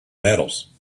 metals